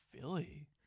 Philly